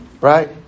right